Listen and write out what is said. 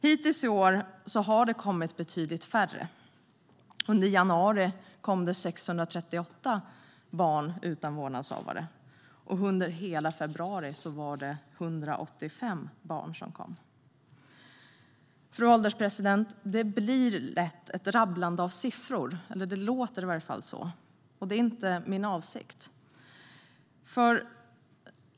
Hittills i år har betydligt färre kommit. Under januari kom 638 barn utan vårdnadshavare. Under hela februari var det 185 barn. Fru ålderspresident! Det blir lätt ett rabblande av siffror - det låter så - och det är inte min avsikt.